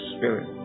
Spirit